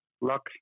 luck